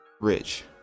Rich